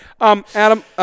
Adam